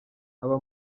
aba